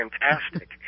fantastic